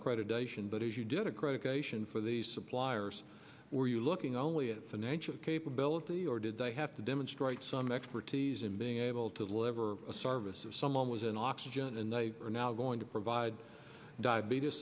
accreditations but if you did a great occasion for the suppliers were you looking only at financial capability or did they have to demonstrate some expertise in being able to deliver a service of someone was an oxygen and they are now going to provide diabetes